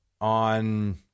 on